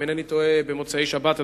אם אינני טועה במוצאי שבת,